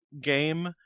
game